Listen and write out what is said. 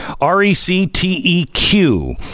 R-E-C-T-E-Q